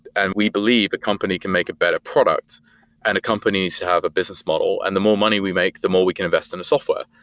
and we believe a company can make a better product and a company needs to have a business model. and the more money we make, the more we can invest in a software.